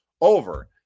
over